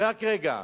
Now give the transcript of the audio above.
רק רגע.